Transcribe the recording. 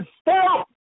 Stop